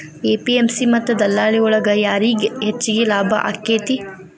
APMC ಮತ್ತ ದಲ್ಲಾಳಿ ಒಳಗ ಯಾರಿಗ್ ಹೆಚ್ಚಿಗೆ ಲಾಭ ಆಕೆತ್ತಿ?